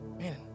Man